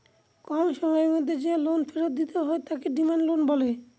কম সময়ের মধ্যে যে লোন ফেরত দিতে হয় তাকে ডিমান্ড লোন বলে